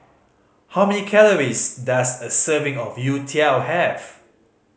how many calories does a serving of youtiao have